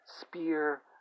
spear